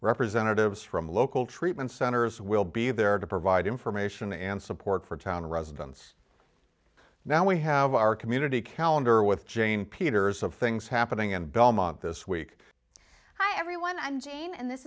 representatives from local treatment centers will be there to provide information and support for town residents now we have our community calendar with jane peters of things happening in belmont this week hi everyone i'm jane and this